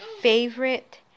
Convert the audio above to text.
favorite